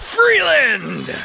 Freeland